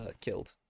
killed